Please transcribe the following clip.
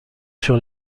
sur